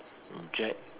object